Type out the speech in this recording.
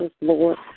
Lord